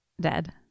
Dead